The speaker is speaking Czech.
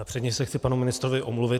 Předně se chci panu ministrovi omluvit.